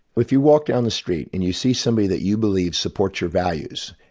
if you walk down the street and you see somebody that you believe supports your values,